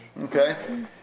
Okay